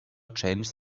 changes